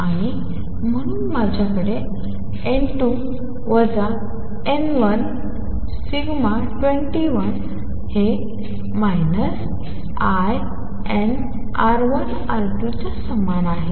आणि म्हणून माझ्याकडे n2 n1σ2l हे lnR1R2 समान आहे